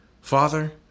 Father